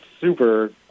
super